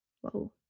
Whoa